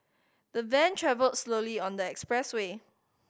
the van travelled slowly on the expressway